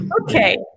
Okay